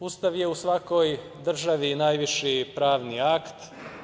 Ustav je u svakoj državi najviši pravni akt.